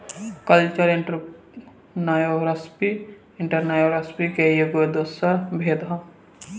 cultural entrepreneurship entrepreneurship के एगो दोसर भेद ह